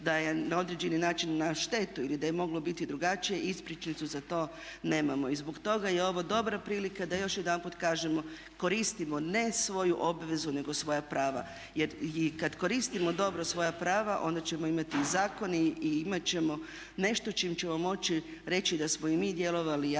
da je na određeni način na štetu ili da je moglo biti drugačije ispričnicu za to nemamo. I zbog toga je ovo dobra prilika da još jedanput kažemo koristimo ne svoju obvezu nego svoja prava jer i kad koristimo dobro svoja prava onda ćemo imati i zakone i imat ćemo nešto s čim ćemo moći reći da smo i mi djelovali i